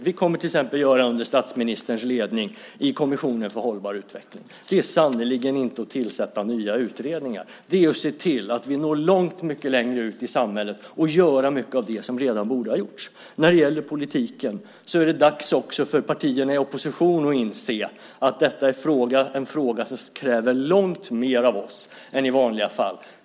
Vi kommer till exempel att göra det under statsministerns ledning i Kommissionen för hållbar utveckling. Det är sannerligen inte att tillsätta nya utredningar. Det är att se till att vi når långt mycket längre ut i samhället och gör mycket av det som redan borde ha gjorts. När det gäller politiken är det också dags för partierna i opposition att inse att detta är en fråga som kräver långt mer av oss än i vanliga fall.